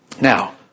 Now